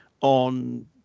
on